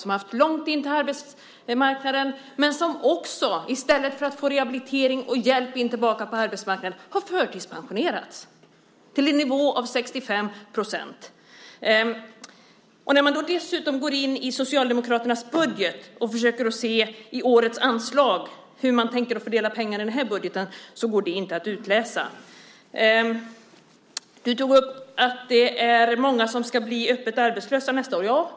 De har haft långt till arbetsmarknaden, men i stället för att få rehabilitering och hjälp tillbaka in på arbetsmarknaden har de förtidspensionerats till en nivå av 65 %. När man dessutom går in i Socialdemokraternas budget och försöker se hur man tänker fördela årets anslag i den här budgeten går det inte att utläsa. Du tog upp att det är många som ska bli öppet arbetslösa nästa år.